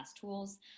tools